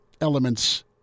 elements